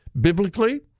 Biblically